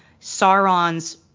Sauron's